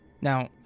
Now